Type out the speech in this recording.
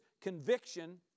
conviction